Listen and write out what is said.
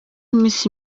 iminsi